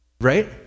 right